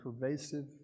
pervasive